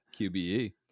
QBE